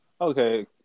Okay